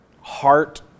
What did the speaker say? heart